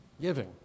Giving